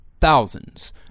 thousands